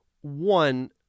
One